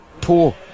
poor